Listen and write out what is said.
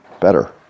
better